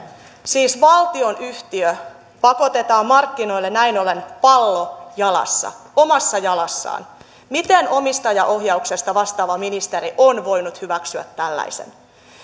siis valtionyhtiö pakotetaan markkinoille näin ollen pallo jalassa omassa jalassaan miten omistajaohjauksesta vastaava ministeri on voinut hyväksyä tällaisen